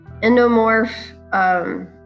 endomorph